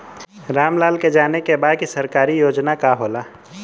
राम लाल के जाने के बा की सरकारी योजना का होला?